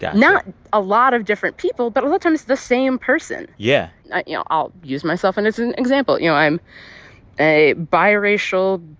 yeah not a lot of different people but, a lot of times, the same person yeah you know, i'll use myself and as an example. you know, i'm a biracial,